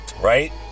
right